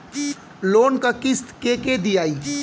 Loan क किस्त के के दियाई?